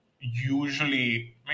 usually